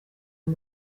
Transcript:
uyu